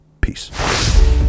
Peace